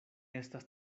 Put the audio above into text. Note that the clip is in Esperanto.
estas